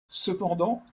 cependant